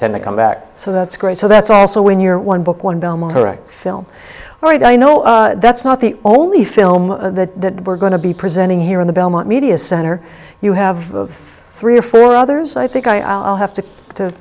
tend to come back so that's great so that's also when you're one book one belmont correct film well i know that's not the only film that we're going to be presenting here in the belmont media center you have three or four others i think i'll have to to